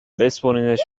بسپرینش